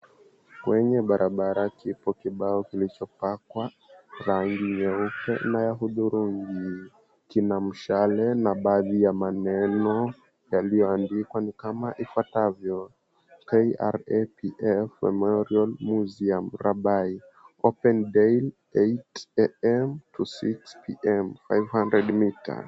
Kwenye barabara kiko kibao kilichopakwa rangi nyeupe na ya hudhurungi. Kina mshale na baadhi ya maneno yaliyoandikwa ni kama yafuatavyo, kraft memorial museum rabai open daily 8.00am-6.00pm 500metres .